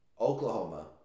Oklahoma